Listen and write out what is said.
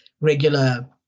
regular